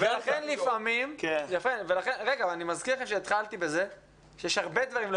אני מזכיר לכם שהתחלתי בזה שיש הרבה דברים לא